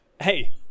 Hey